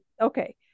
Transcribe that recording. okay